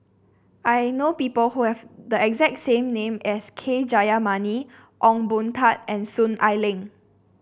I know people who have the exact same name as K Jayamani Ong Boon Tat and Soon Ai Ling